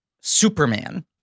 Superman